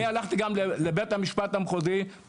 אני הלכתי גם לבית המשפט המחוזי.